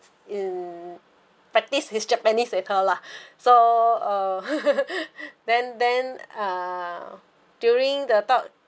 hmm practise his japanese with her lah so uh then then uh during the talk